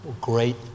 great